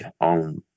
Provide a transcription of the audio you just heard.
on